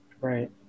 Right